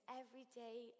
everyday